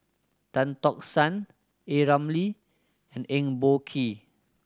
Tan Tock San A Ramli and Eng Boh Kee